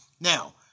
Now